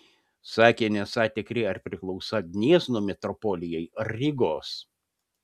sakę nesą tikri ar priklausą gniezno metropolijai ar rygos